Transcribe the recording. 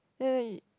no no you